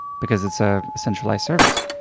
because it's a centralized service.